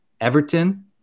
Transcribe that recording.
Everton